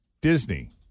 Disney